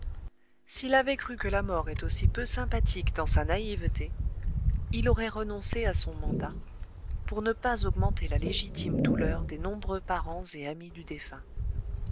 s'il avait cru que la mort est aussi peu sympathique dans sa naïveté il aurait renoncé à son mandat pour ne pas augmenter la légitime douleur des nombreux parents et amis du défunt